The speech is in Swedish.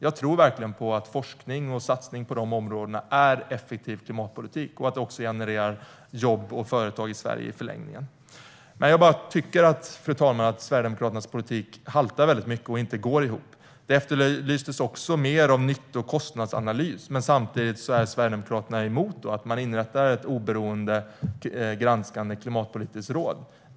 Jag tror verkligen på att forskning och satsning på dessa områden är effektiv klimatpolitik som i förlängningen genererar jobb och företag i Sverige. Fru talman! Jag tycker att Sverigedemokraternas politik haltar och inte går ihop. Det efterlystes också mer av nytto och kostnadsanalys, men samtidigt är Sverigedemokraterna emot att man inrättar ett oberoende granskande klimatpolitiskt råd.